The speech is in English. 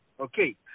Okay